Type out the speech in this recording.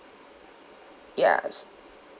ya